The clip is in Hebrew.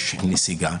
נסיגה.